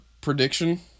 prediction